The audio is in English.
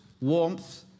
warmth